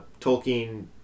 Tolkien